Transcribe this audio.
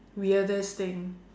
weirdest thing